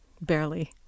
barely